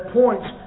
points